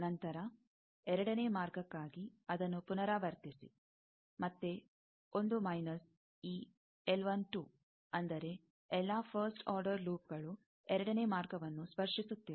ನಂತರ 2ನೇ ಮಾರ್ಗಕ್ಕಾಗಿ ಅದನ್ನು ಪುನರಾವರ್ತಿಸಿ ಮತ್ತೆ 1 ಮೈನಸ್ ಈ ಅಂದರೆ ಎಲ್ಲಾ ಫಸ್ಟ್ ಆರ್ಡರ್ ಲೂಪ್ಗಳು 2ನೇ ಮಾರ್ಗವನ್ನು ಸ್ಪರ್ಶಿಸುತ್ತಿಲ್ಲ